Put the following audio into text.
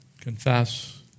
confess